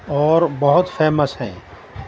اور بہت فیمس ہیں